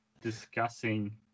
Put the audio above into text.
discussing